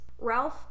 Ralph